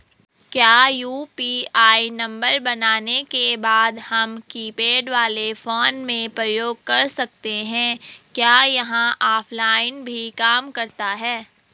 क्या UPI number बनाने के बाद हम कीपैड वाले फोन में प्रयोग कर सकते हैं क्या यह ऑफ़लाइन भी काम करता है?